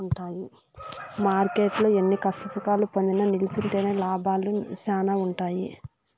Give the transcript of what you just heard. మార్కెట్టులో ఎన్ని కష్టసుఖాలు పొందినా నిల్సుంటేనే లాభాలు శానా ఉంటాయి